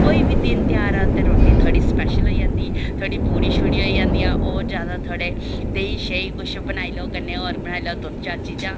कोई बी दिन तेहार होऐ ते रुट्टी थोह्ड़ी स्पैशल होई जंदी थोह्ड़ी पूड़ी शूड़ी होई जंदियां और जैदा थोह्ड़े देहीं शेही किश बनाई लैओ कन्नै और बनाई लैओ दो चार चीजां